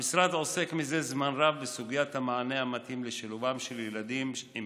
המשרד עוסק זה זמן רב בסוגיית המענה המתאים לשילובם של ילדים עם